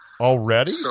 Already